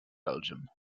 belgium